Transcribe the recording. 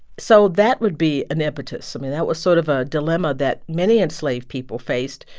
so that would be an impetus. i mean, that was sort of a dilemma that many enslaved people faced.